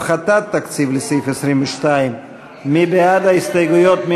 תקציב, מי בעד ההסתייגויות?